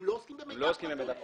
הם לא עוסקים במידע פרטי.